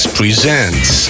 presents